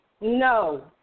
No